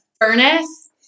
furnace